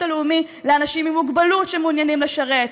הלאומי לאנשים עם מוגבלות שמעוניינים לשרת,